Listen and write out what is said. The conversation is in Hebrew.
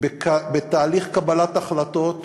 בתהליך קבלת החלטות,